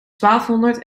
twaalfhonderd